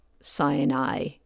Sinai